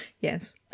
yes